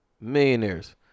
millionaires